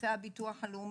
לסניפי הביטוח הלאומי.